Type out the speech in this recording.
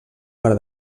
part